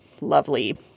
lovely